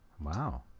Wow